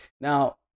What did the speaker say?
Now